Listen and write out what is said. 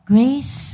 Grace